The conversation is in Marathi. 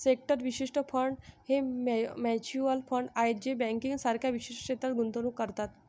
सेक्टर विशिष्ट फंड हे म्युच्युअल फंड आहेत जे बँकिंग सारख्या विशिष्ट क्षेत्रात गुंतवणूक करतात